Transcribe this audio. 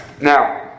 Now